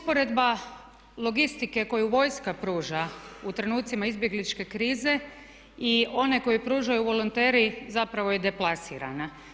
Usporedba logistike koju vojska pruža u trenutcima izbjegličke krize i one koju pružaju volonteri zapravo je deplasirana.